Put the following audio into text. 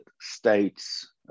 States